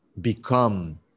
become